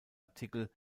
artikel